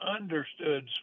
understood